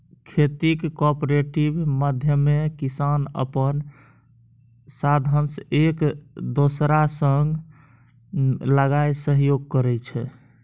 खेतीक कॉपरेटिव माध्यमे किसान अपन साधंश एक दोसरा संग लगाए सहयोग करै छै